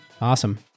Awesome